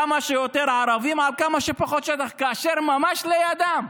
כמה שיותר ערבים על כמה שפחות שטח, כאשר ממש לידם,